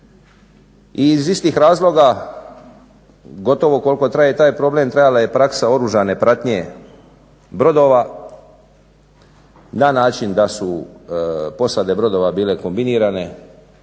I iz istih razloga gotovo koliko traje taj problem trajala je i praksa oružane pratnje brodova na način da su posade brodova bile kombinirane